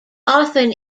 often